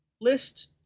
list